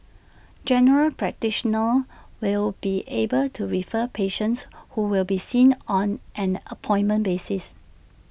general practitioners will be able to refer patients who will be seen on an appointment basis